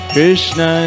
Krishna